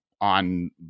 on